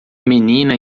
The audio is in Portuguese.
menina